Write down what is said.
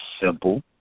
Simple